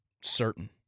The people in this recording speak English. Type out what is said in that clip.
certain